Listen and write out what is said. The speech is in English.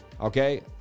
Okay